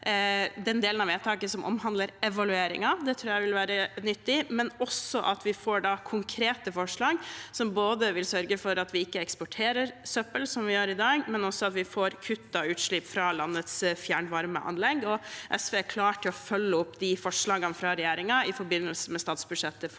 den delen av vedtaket som omhandler evalueringen – det tror jeg vil være nyttig – og at vi får konkrete forslag som vil sørge for både at vi ikke eksporterer søppel, som vi gjør i dag, og også at vi får kuttet utslipp fra landets fjernvarmeanlegg. SV er klar til å følge opp de forslagene fra regjeringen i forbindelse med statsbudsjettet for